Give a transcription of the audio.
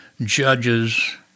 judges